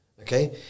Okay